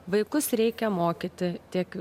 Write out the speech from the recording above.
vaikus reikia mokyti tiek